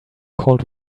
cold